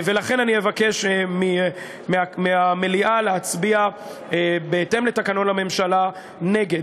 ולכן אני אבקש מהמליאה להצביע בהתאם לתקנון הממשלה נגד.